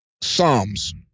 Psalms